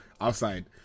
outside